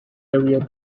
area